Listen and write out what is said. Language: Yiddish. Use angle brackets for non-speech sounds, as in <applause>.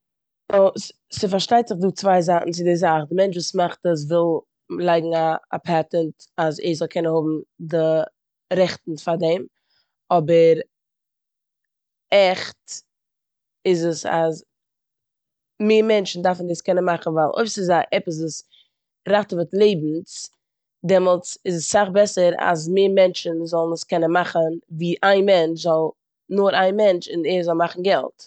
<unintelligible> ס'איז פארשטייט זיך דא צוויי זייטן צו די זאך. די מענטש וואס מאכט עס וויל לייגן א פעטענט אז ער זאל קענען האבן די רעכטן פאר דעם, אבער עכט איז עס אז מער מענטשן דארפן עס קענען מאכן ווייל אויב ס'איז א- עפעס וואס ראטעוועט לעבנס דעמאלטס איז עס סאך בעסער אז מער מענטשן זאלן עס קענען מאכן ווי איין מענטש זאל- נאר איין מענטש און ער זאל מאכן געלט.